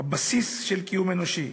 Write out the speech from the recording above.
הבסיס של קיום אנושי.